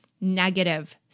negative